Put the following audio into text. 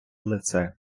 лице